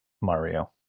Mario